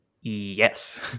Yes